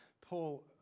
Paul